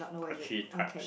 archetypes